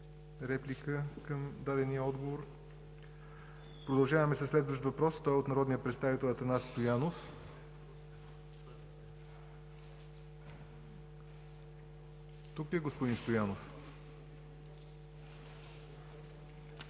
реплика по дадения отговор. Продължаваме със следващ въпрос от народния представител Атанас Стоянов. Тук ли е господин Стоянов?